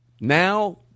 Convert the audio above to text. Now